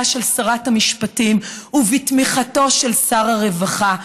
של שרת המשפטים ובתמיכתו של שר הרווחה.